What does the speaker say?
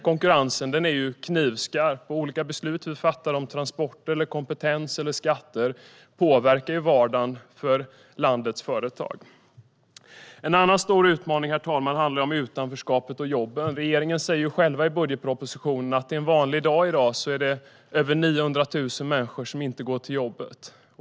Konkurrensen är knivskarp, och olika beslut som vi fattar om transport, kompetens eller skatter påverkar vardagen för landets företag. En annan stor utmaning, herr talman, handlar om utanförskapet och jobben. Regeringen säger själv i budgetpropositionen att det en vanlig dag i dag är över 900 000 människor som inte går till jobbet.